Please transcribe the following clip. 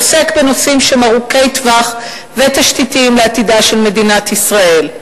שהם ארוכי טווח ותשתיתיים לעתידה של מדינת ישראל.